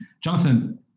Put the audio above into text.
Jonathan